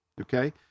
Okay